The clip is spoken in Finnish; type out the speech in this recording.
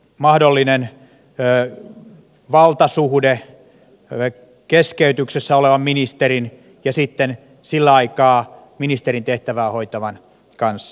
ja mikä on mahdollinen valtasuhde keskeytyksessä olevan ministerin ja sillä aikaa ministerin tehtävää hoitavan kanssa